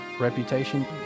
reputation